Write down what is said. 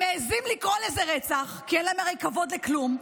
הם מעיזים לקרוא לזה רצח כי הרי אין להם כבוד לכלום.